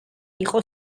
იყო